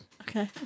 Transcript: Okay